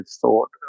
thought